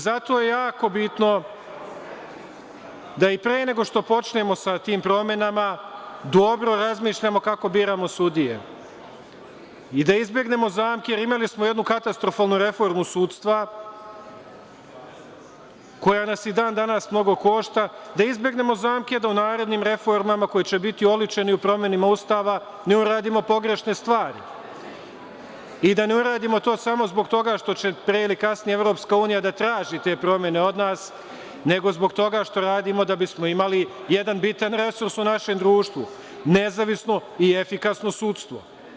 Zato je jako bitno da i pre nego što počnemo sa tim promenama, da dobro razmislimo kako biramo sudije i da izbegnemo zamke, jer imali smo jednu katastrofalnu reformu sudstva, koja nas i dan danas mnogo košta, da izbegnemo zamke da u narednim reformama koje će biti oličene u promenama Ustava, ne uradimo pogrešne stvari i da ne uradimo to samo zbog toga što će pre ili kasnije EU da traži te promene od nas, nego zbog toga što radimo da bismo imali jedan bitan resurs u našem društvu, nezavisno i efikasno sudstvo.